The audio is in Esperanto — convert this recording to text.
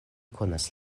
konas